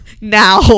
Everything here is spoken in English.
Now